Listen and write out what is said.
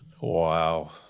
Wow